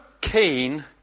keen